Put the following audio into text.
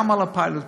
גם לא pilot plan.